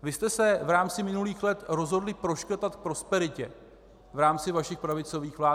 Vy jste se v rámci minulých let rozhodli proškrtat k prosperitě v rámci vašich pravicových vlád.